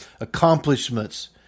accomplishments